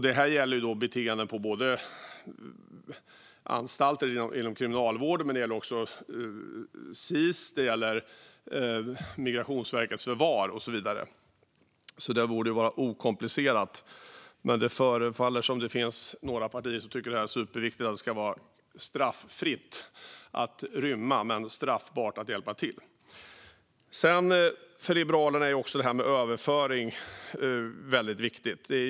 Detta gäller beteenden inte bara på anstalter inom Kriminalvården utan även på Sis, Migrationsverkets förvar och så vidare. Det borde alltså vara okomplicerat, men det förefaller finnas några partier som tycker att det är superviktigt att det ska vara straffritt att rymma men straffbart att hjälpa till. För Liberalerna är även detta med överföring väldigt viktigt.